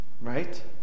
right